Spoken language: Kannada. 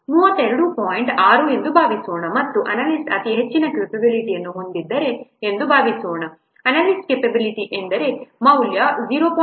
6 ಎಂದು ಭಾವಿಸೋಣ ಮತ್ತು ಅನಾಲಿಸ್ಟ್ ಅತಿ ಹೆಚ್ಚಿನ ಕ್ಯಾಪೆಬಿಲಿಟಿಅನ್ನು ಹೊಂದಿದ್ದಾರೆ ಎಂದು ಭಾವಿಸೋಣ ಅನಾಲಿಸ್ಟ್ ಕ್ಯಾಪೆಬಿ ಹೆಚ್ಚು ಅಂದರೆ ಮೌಲ್ಯ 0